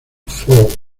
four